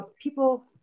people